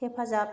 हेफाजाब